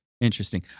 Interesting